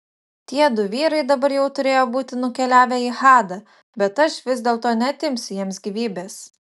tiedu vyrai dabar jau turėjo būti nukeliavę į hadą bet aš vis dėlto neatimsiu jiems gyvybės